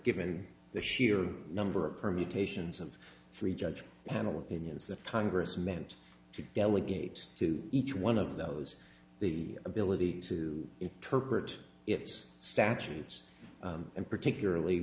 given the sheer number of permutations of three judge panel opinions that congress meant to delegate to each one of those the ability to interpret its statutes and particularly